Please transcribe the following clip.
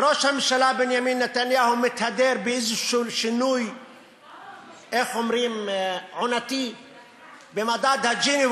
וראש הממשלה בנימין נתניהו מתהדר באיזה שינוי עונתי במדד ג'יני.